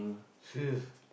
serious